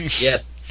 Yes